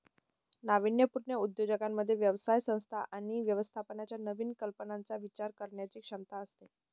नाविन्यपूर्ण उद्योजकांमध्ये व्यवसाय संस्था आणि व्यवस्थापनाच्या नवीन कल्पनांचा विचार करण्याची क्षमता असते